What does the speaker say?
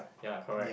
ya correct